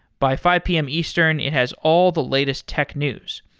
by five pm eastern, it has all the latest tech news,